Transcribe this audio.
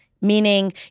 Meaning